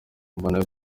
mbona